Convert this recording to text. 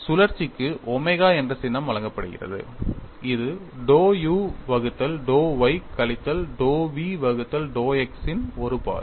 சுழற்சிக்கு ஒமேகா என்ற சின்னம் வழங்கப்படுகிறது இது dou u வகுத்தல் dou y கழித்தல் dou v வகுத்தல் dou x வின் ஒரு பாதி